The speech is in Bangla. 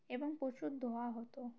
এবং প্রচুর ধোঁয়া হতো